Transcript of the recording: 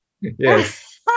yes